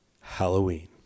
Halloween